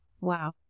Wow